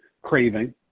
craving